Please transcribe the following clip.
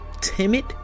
timid